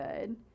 good